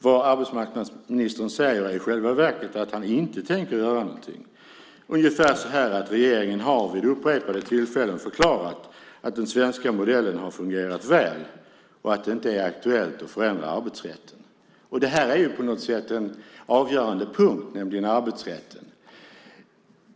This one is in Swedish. Det arbetsmarknadsministern säger är i själva verket att han inte tänker göra någonting, ungefär så här: Regeringen har vid upprepade tillfällen förklarat att den svenska modellen har fungerat väl och att det inte är aktuellt att förändra arbetsrätten. Det här är på något sätt en avgörande punkt, nämligen arbetsrätten.